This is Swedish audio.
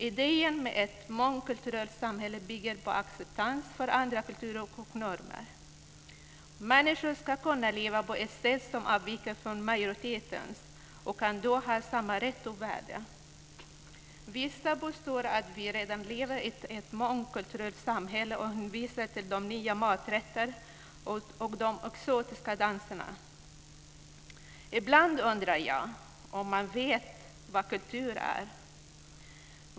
Idén med ett mångkulturellt samhälle bygger på acceptans för andra kulturer och normer. Människor ska kunna leva på ett sätt som avviker från majoritetens, och de ska ha samma rätt och värde. Vissa påstår att vi redan lever i ett mångkulturellt samhälle. Beviset är nya maträtter och exotiska danser. Ibland undrar jag om man vet vad kultur är.